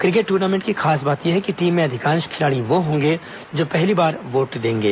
cricket tournament की खास बात ये है कि टीम में अधिकांश खिलाड़ी वो होंगे जो पहली बार वोट देंगे